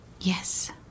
Yes